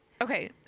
Okay